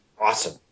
awesome